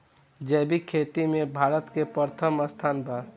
जैविक खेती में भारत के प्रथम स्थान बा